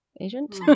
agent